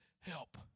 help